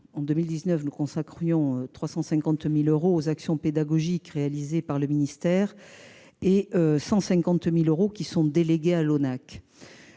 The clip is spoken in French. nous avons consacré 350 000 euros aux actions pédagogiques réalisées par le ministère et prévu 150 000 euros qui sont délégués à l'ONAC-VG.